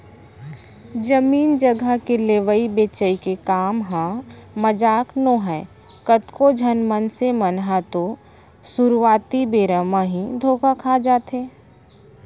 जमीन जघा के लेवई बेचई के काम ह मजाक नोहय कतको झन मनसे मन ह तो सुरुवाती बेरा म ही धोखा खा जाथे